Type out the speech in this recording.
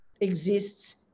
exists